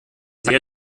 sehr